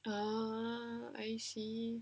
ah I see